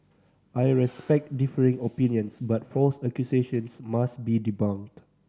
I respect differing opinions but false accusations must be debunked